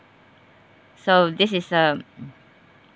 so this is a